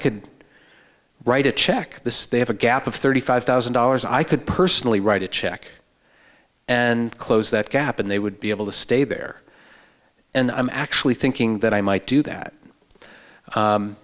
could write a check this they have a gap of thirty five thousand dollars i could personally write a check and close that gap and they would be able to stay there and i'm actually thinking that i might do that